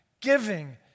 giving